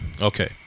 Okay